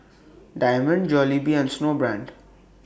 Diamond Jollibee and Snowbrand